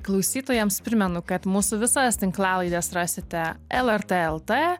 klausytojams primenu kad mūsų visas tinklalaides rasite lrt el t